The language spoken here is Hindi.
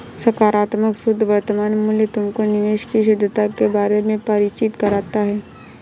सकारात्मक शुद्ध वर्तमान मूल्य तुमको निवेश की शुद्धता के बारे में परिचित कराता है